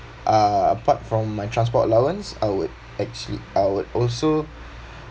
uh apart from my transport allowance I would actually I would also